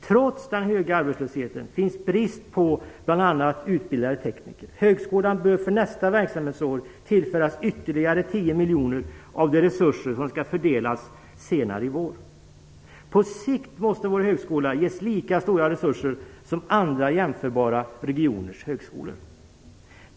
Trots den höga arbetslösheten finns brist på bl.a. utbildade tekniker. Högskolan bör för nästa verksamhetsår tillföras ytterligare 10 miljoner av de resurser som skall fördelas senare i vår. På sikt måste vår högskola ges lika stora resurser som andra jämförbara regioners högskolor.